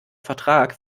vertrag